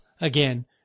again